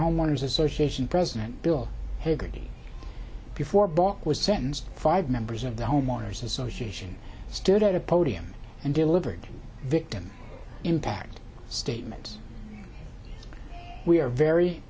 homeowners association president bill haggerty before block was sentenced five members of the homeowners association stood at a podium and delivered victim impact statement we are very